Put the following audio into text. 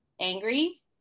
angry